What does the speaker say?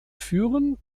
führen